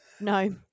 No